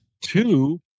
two